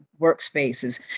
workspaces